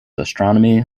astronomy